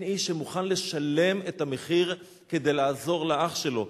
אין איש שמוכן לשלם את המחיר כדי לעזור לאח שלו.